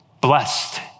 blessed